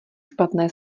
špatné